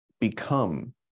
become